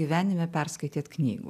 gyvenime perskaitėt knygų